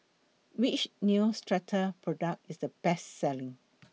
Which Neostrata Product IS The Best Selling